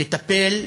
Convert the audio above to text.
לטפל,